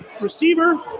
receiver